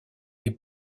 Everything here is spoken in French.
les